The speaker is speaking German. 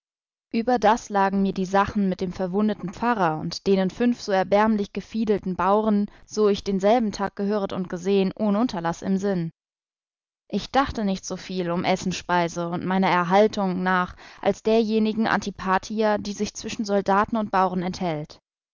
müssen überdas lagen mir die sachen mit dem verwundeten pfarrer und denen fünf so erbärmlich gefiedelten bauren so ich denselben tag gehöret und gesehen ohn unterlaß im sinn ich dachte nicht soviel um essenspeise und meiner erhaltung nach als derjenigen antipathia die sich zwischen soldaten und bauren enthält